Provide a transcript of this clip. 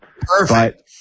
Perfect